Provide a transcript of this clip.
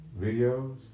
videos